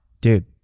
dude